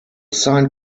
sign